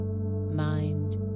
mind